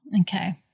Okay